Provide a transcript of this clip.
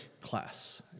class